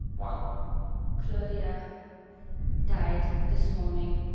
one claudia died this morning,